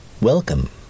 welcome